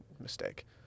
mistake